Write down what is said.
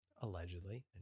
allegedly